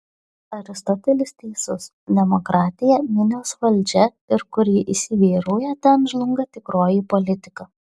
aristotelis teisus demokratija minios valdžia ir kur ji įsivyrauja ten žlunga tikroji politika